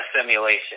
simulation